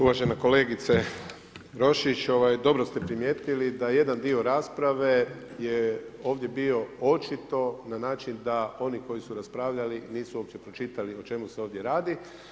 Uvažene kolegice Roščić, dobro ste primijetili da jedan dio rasprave je ovdje bio očito, na način, da oni koji su raspravljali, nisu uopće pročitali o čemu se ovdje radi.